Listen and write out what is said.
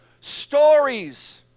stories